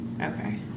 Okay